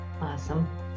Awesome